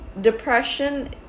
Depression